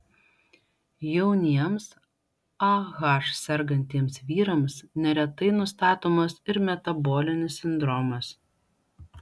jauniems ah sergantiems vyrams neretai nustatomas ir metabolinis sindromas